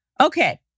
Okay